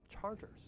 chargers